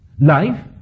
Life